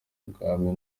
ubwami